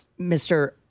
Mr